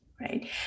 right